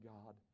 God